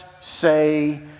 say